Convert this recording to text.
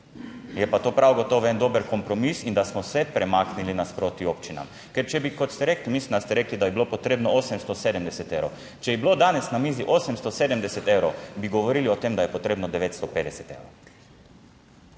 je pa to prav gotovo en dober kompromis in da smo se premaknili nasproti občinam, ker če bi, kot ste rekli, mislim, da ste rekli, da bi bilo potrebno 870 evrov, če ni bilo danes na mizi 870 evrov, bi govorili o tem, da je potrebno 950 evrov.